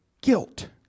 guilt